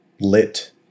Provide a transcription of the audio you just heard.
lit